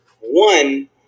one